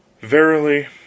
Verily